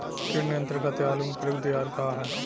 कीट नियंत्रण खातिर आलू में प्रयुक्त दियार का ह?